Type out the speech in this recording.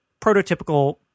prototypical